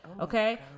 Okay